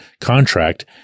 contract